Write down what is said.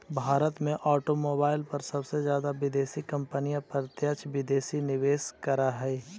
भारत में ऑटोमोबाईल पर सबसे जादा विदेशी कंपनियां प्रत्यक्ष विदेशी निवेश करअ हई